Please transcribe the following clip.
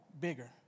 bigger